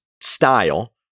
style